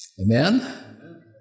Amen